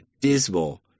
dismal